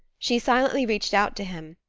she silently reached out to him,